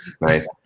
Nice